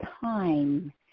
time